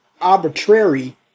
arbitrary